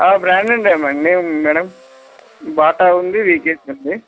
brand ఉండడిేమం madam Bata ఉంది విీకేస్ంంది